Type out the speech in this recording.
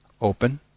open